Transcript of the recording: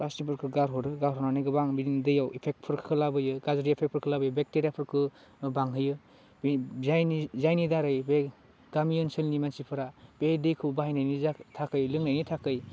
बासिफोरखौ गारहरो गारहरनानै गोबां बिदिनो दैयाव एफेक्तफोरखौ लाबोयो गाज्रि एफेक्तफोरखौ लाबोयो बेक्ट'रियाफोरखौ बांहोयो बि बियानि जायनि दारै बे गामि ओनसोलनि मानसिफोरा बे दैखौ बाहायनायनि थाखाय लोंनायनि थाखाय